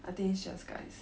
I think it's just guys